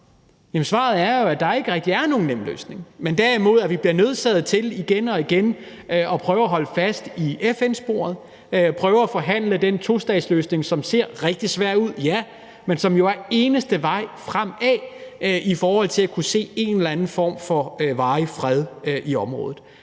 svaret er jo, at der ikke rigtig er nogen nem løsning, men at vi derimod bliver nødsaget til igen og igen at prøve at holde fast i FN-sporet og prøve at forhandle den tostatsløsning, som ser rigtig svær ud, ja, men som jo er den eneste vej fremad i forhold til at kunne se en eller anden form for varig fred i området.